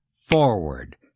forward